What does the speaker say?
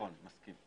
נכון, אני מסכים.